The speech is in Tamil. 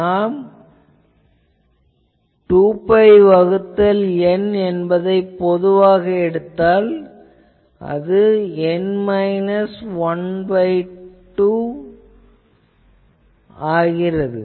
நாம் 2 பை வகுத்தல் N என்பதைப் பொதுவாக எடுத்தால் அது N மைனஸ் 1 கூட்டல் 2 ஆகின்றது